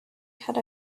had